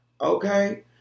Okay